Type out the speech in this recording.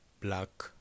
black